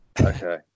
Okay